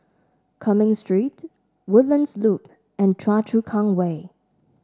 Cumming Street Woodlands Loop and Choa Chu Kang Way